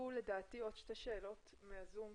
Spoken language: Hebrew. לדעתי היו עוד שתי שאלות שעלו ב-זום.